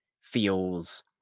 feels